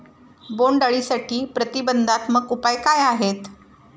बोंडअळीसाठी प्रतिबंधात्मक उपाय काय आहेत?